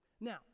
Now